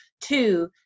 Two